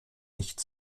nicht